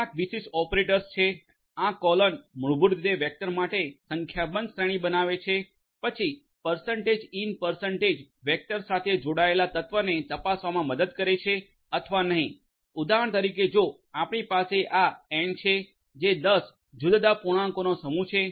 કેટલાક વિશિષ્ટ ઓપરેટર્સ છે આ કોલોન મૂળભૂત રીતે વેક્ટર માટે સંખ્યાબંધ શ્રેણી બનાવે છે પછી પર્સન્ટેજ ઈન પર્સન્ટેજ વેક્ટર સાથે જોડાયેલા તત્વને તપાસવામાં મદદ કરે છે અથવા નથી ઉદાહરણ તરીકે જો આપણી પાસે આ એન છે જે 10 જુદા જુદા પૂર્ણાંકો નો સમૂહ છે